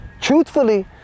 truthfully